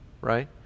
right